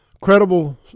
credible